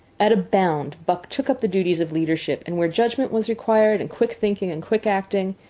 at a bound buck took up the duties of leadership and where judgment was required, and quick thinking and quick acting,